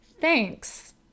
Thanks